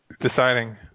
deciding